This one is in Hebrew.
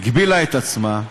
הגבילה את עצמה,